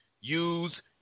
use